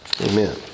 Amen